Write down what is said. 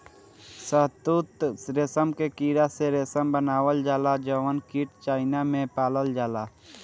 शहतूत रेशम के कीड़ा से रेशम बनावल जाला जउन कीट चाइना में पालल जाला